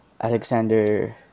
Alexander